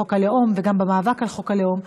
בחוק הלאום וגם במאבק על חוק הלאום.